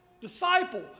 disciple